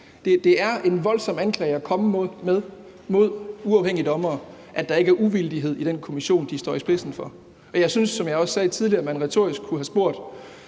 det er en voldsom anklage at komme med mod uafhængige dommere, at der ikke er uvildighed i den kommission, de står i spidsen for. Jeg synes, som jeg også sagde tidligere, at man retorisk kunne have spurgt